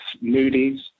Moody's